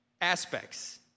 aspects